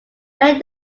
when